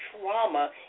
trauma